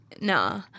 nah